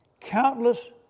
countless